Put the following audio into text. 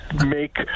make